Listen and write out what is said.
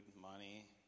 money